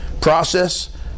process